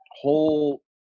whole